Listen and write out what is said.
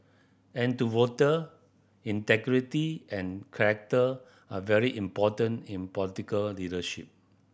and to voter integrity and character are very important in political leadership